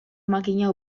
makina